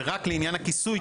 זה רק לעניין הכיסוי,